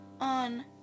on